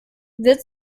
wird